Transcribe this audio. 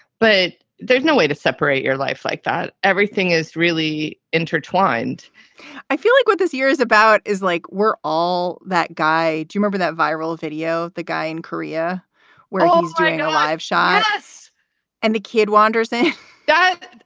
but there's no way to separate your life like that. everything is really intertwined i feel like what this year is about is like we're all that guy do you remember that viral video of the guy in korea where he's doing a live shot and and the kid wanders in that?